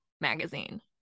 magazine